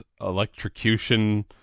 electrocution